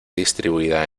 distribuida